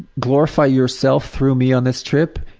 glorify yourself through me on this trip.